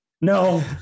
no